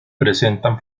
presentan